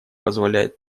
позволяет